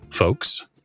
Folks